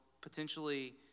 potentially